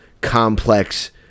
complex